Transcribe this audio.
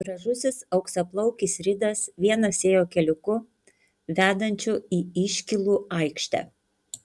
gražusis auksaplaukis ridas vienas ėjo keliuku vedančiu į iškylų aikštę